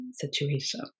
situation